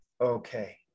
Okay